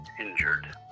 injured